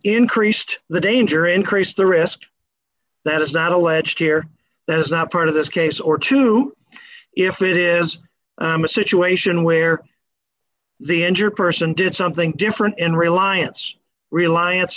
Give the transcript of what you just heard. increased the danger increased the risk that is not alleged here that is not part of this case or two if it is a situation where the injured person did something different in reliance reliance